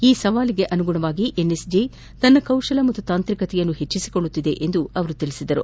ಈ ಸವಾಲಿಗೆ ಅನುಗುಣವಾಗಿ ಎನ್ಎಸ್ಜಿ ತನ್ನ ಕೌಶಲ ಮತ್ತು ತಾಂತ್ರಿಕತೆಯನ್ನು ಹೆಚ್ಚಿಚಿೊಳ್ಳುತ್ತಿದೆ ಎಂದು ಅವರು ತಿಳಿಸಿದರು